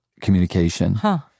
communication